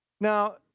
Now